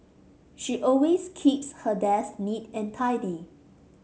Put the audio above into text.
she always keeps her desk neat and tidy